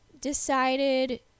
decided